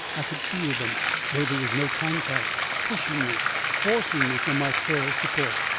i could feel them though there was no contact pushing me forcing me from my frail support.